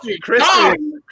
Christy